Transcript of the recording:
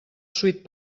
sweet